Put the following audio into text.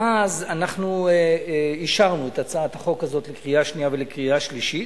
אז אנחנו אישרנו את הצעת החוק הזאת לקריאה שנייה ולקריאה שלישית,